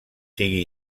sigui